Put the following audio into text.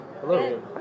hello